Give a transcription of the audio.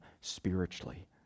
spiritually